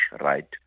right